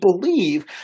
believe